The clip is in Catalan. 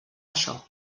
això